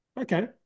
Okay